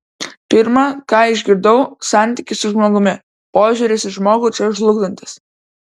pirma ką išgirdau santykis su žmogumi požiūris į žmogų čia žlugdantis